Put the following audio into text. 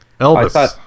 Elvis